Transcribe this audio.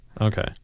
Okay